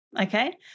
okay